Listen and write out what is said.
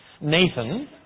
Nathan